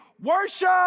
worship